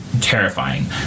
terrifying